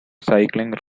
cycling